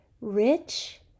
Rich